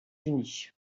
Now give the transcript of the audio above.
unis